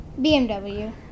BMW